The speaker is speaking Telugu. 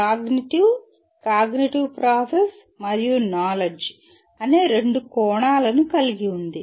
కాగ్నిటివ్ కాగ్నిటివ్ ప్రాసెస్ మరియు నాలెడ్జ్ అనే రెండు కోణాలను కలిగి ఉంది